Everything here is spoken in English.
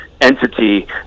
entity